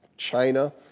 China